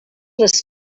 les